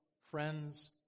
Friends